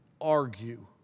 argue